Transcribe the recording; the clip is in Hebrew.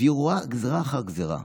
והיא רואה גזרה אחר גזרה: